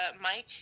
Mike